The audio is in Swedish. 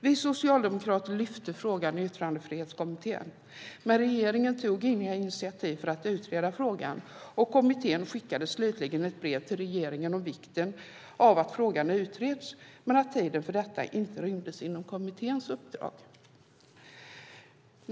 Vi socialdemokrater lyfte upp frågan i Yttrandefrihetskommittén, men regeringen tog inga initiativ för att utreda frågan. Kommittén skickade slutligen ett brev till regeringen om vikten av att frågan utreds men att tiden för detta inte rymdes inom kommitténs uppdrag.